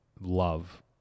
love